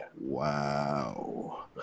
Wow